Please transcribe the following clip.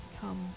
come